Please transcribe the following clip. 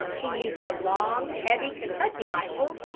he used the long, heavy, kentucky rifle,